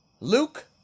Luke